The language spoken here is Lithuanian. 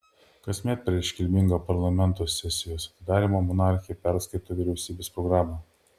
kasmet per iškilmingą parlamento sesijos atidarymą monarchė perskaito vyriausybės programą